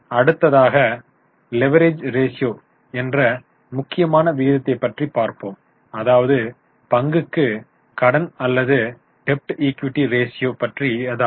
அடுத்ததாக leverage ratio என்ற முக்கியமான விகிதத்தை பற்றி பார்ப்போம் அதாவது பங்குக்கு கடன் அல்லது டெபிட் equity ratio debt equity ratio பற்றியதாகும்